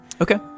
Okay